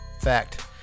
Fact